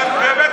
בית